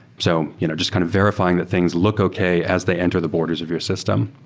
so you know just kind of verifying that things look okay as they enter the borders of your system.